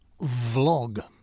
vlog